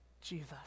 Jesus